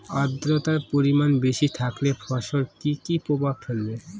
আদ্রর্তার পরিমান বেশি থাকলে ফসলে কি কি প্রভাব ফেলবে?